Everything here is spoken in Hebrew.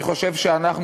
אני חושב שאנחנו,